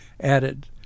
added